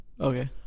Okay